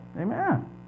Amen